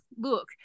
look